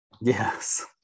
Yes